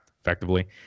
effectively